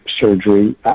surgery